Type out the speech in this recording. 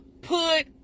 put